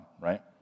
right